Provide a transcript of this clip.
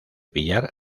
villar